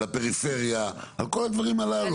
על הפריפריה, על כל הדברים הללו.